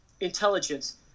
intelligence